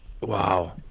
Wow